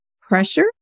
pressure